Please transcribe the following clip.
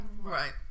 Right